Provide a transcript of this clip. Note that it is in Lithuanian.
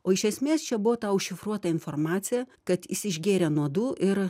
o iš esmės čia buvo ta užšifruota informacija kad jis išgėrė nuodų ir